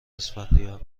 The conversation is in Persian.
اسفندیار